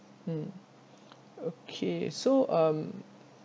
mm okay so um